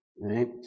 right